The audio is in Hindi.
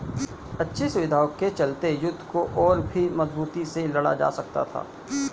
अच्छी सुविधाओं के चलते युद्ध को और भी मजबूती से लड़ा जा सकता था